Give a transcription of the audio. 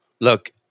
Look